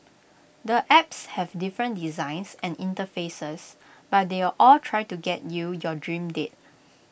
the apps have different designs and interfaces but they all try to get you your dream date